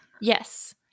Yes